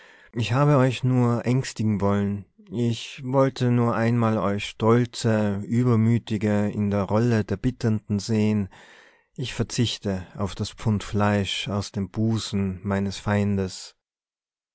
ich habe euch nur ängstigen wollen ich wollte nur einmal euch stolze übermütige in der rolle der bittenden sehen ich verzichte auf das pfund fleisch aus dem busen meines feindes